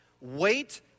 Wait